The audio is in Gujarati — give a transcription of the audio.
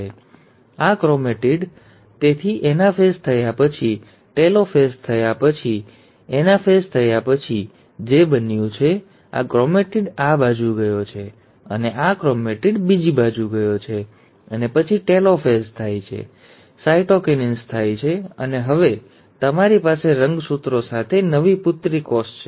તેથી આ ક્રોમેટિડ તેથી એનાફેઝ થયા પછી ટેલોફાસ થયા પછી એનાફેઝ થયા પછી જે બન્યું છે આ ક્રોમેટિડ આ બાજુ ગયો છે અને આ ક્રોમેટિડ બીજી બાજુ ગયો છે અને પછી ટેલોફાસ થાય છે સાયટોકિન્સિસ થાય છે અને હવે તમારી પાસે રંગસૂત્રો સાથે નવી પુત્રી કોષ છે